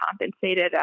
compensated